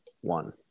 one